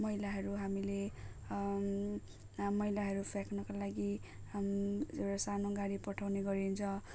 मैलाहरू हामीले मैलाहरू फ्याँक्नको लागि एउटा सानो गाडी पठाउने गरिन्छ